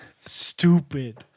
Stupid